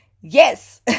yes